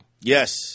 Yes